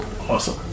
Awesome